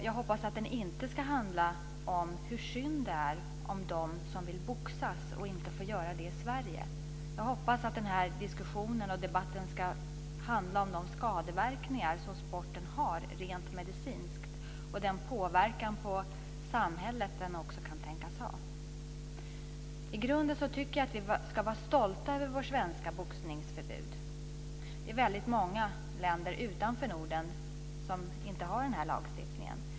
Jag hoppas att den inte ska handla om hur synd det är om dem som vill boxas och inte får göra det i Sverige. Jag hoppas att den här debatten ska handla om de skadeverkningar som sporten ger rent medicinskt och den påverkan på samhället som den också kan tänkas ha. I grunden tycker jag att vi ska vara stolta över vårt svenska boxningsförbud. Väldigt många länder utanför Norden har inte en sådan lagstiftning.